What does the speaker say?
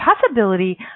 possibility